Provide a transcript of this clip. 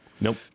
Nope